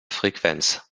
frequenz